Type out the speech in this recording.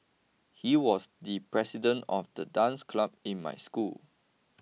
he was the president of the dance club in my school